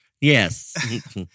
Yes